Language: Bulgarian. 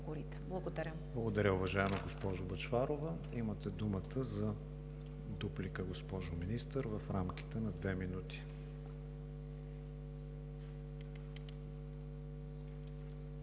КРИСТИАН ВИГЕНИН: Благодаря, уважаема госпожо Бъчварова. Имате думата за дуплика, госпожо Министър, в рамките на две минути.